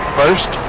first